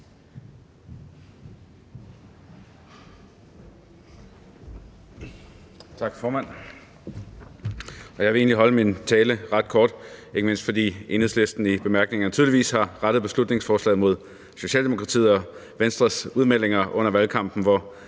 Tak, formand. Jeg vil egentlig holde min tale ret kort – ikke mindst fordi Enhedslisten i bemærkningerne tydeligvis har rettet beslutningsforslaget mod Socialdemokratiets og Venstres udmeldinger under valgkampen,